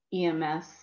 EMS